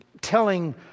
Telling